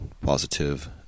positive